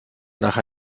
nach